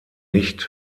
nicht